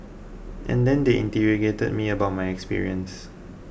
and then they interrogated me about my experience